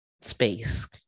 space